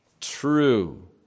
True